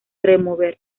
remover